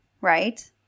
right